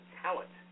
talent